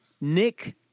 Nick